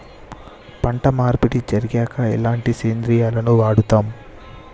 పంట మార్పిడి జరిగాక ఎలాంటి సేంద్రియాలను వాడుతం?